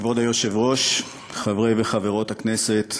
כבוד היושב-ראש, חברי וחברות הכנסת,